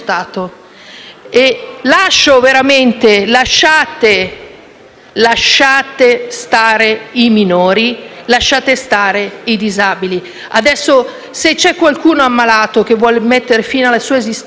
veramente stare i minori, lasciate stare i disabili. Se c'è qualcuno ammalato che vuol mettere fine alla sua esistenza, io non sono in disaccordo. Qui nessuno è in disaccordo.